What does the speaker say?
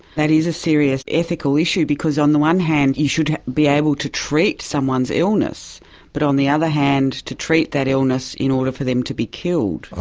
that is a serious ethical issue because on the one hand you should be able to treat someone's illness but on the other hand to treat that illness in order for them to be killed.